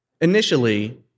Initially